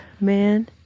man